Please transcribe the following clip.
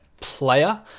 player